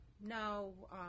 no